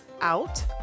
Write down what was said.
out